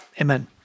Amen